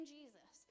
Jesus